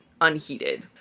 unheated